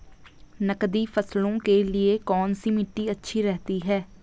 नकदी फसलों के लिए कौन सी मिट्टी अच्छी रहती है?